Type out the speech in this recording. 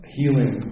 healing